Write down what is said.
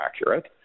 accurate